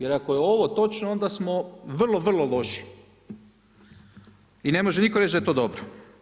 Jer ako je ovo točno onda smo vrlo, vrlo loši i ne može nitko reći da je to dobro.